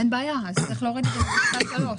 אין בעיה, אז צריך להוריד מפסקה (3)